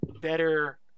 better